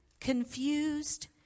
confused